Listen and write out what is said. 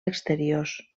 exteriors